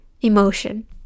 emotion